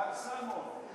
דג סלמון.